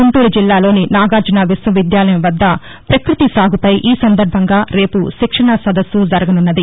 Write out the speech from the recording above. గుంటూరు జిల్లాలోని నాగార్జన విశ్వ విద్యాలయం వద్ద పకృతిసాగుపై ఈ సందర్బంగా రేపు శిక్షణా సదస్సు జరగనున్నది